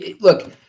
look